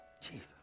Jesus